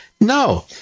No